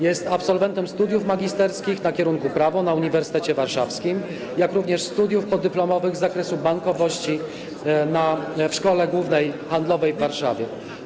Jest absolwentem studiów magisterskich na kierunku: prawo na Uniwersytecie Warszawskim, jak również studiów podyplomowych z zakresu bankowości w Szkole Głównej Handlowej w Warszawie.